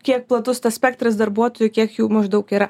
kiek platus tas spektras darbuotojų kiek jų maždaug yra